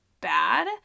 bad